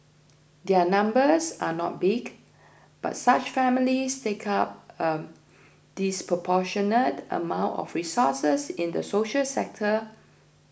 their numbers are not big but such families take up a disproportionate amount of resources in the social sector